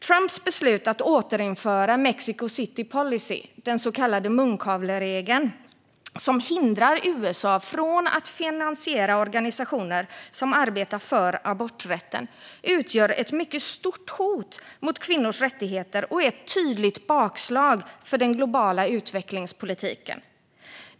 Trumps beslut att återinföra Mexico City policy, den så kallade munkavleregeln, som hindrar USA från att finansiera organisationer som arbetar för aborträtten utgör ett mycket stort hot mot kvinnors rättigheter och är ett tydligt bakslag för den globala utvecklingspolitiken.